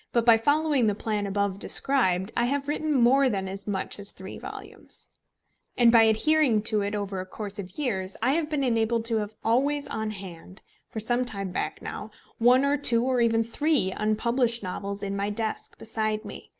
but by following the plan above described i have written more than as much as three volumes and by adhering to it over course of years, i have been enabled to have always on hand for some time back now one or two or even three unpublished novels in my desk beside me.